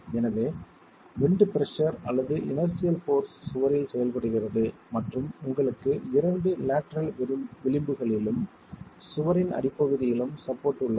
எனவே wind pressure அல்லது inertial force சுவரில் செயல்படுகிறது மற்றும் உங்களுக்கு இரண்டு லேட்டரல் விளிம்புகளிலும் சுவரின் அடிப்பகுதியிலும் சப்போர்ட் உள்ளது